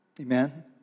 Amen